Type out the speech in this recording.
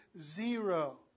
zero